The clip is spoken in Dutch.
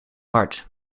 hard